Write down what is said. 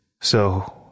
So